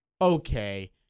Okay